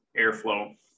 airflow